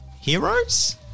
heroes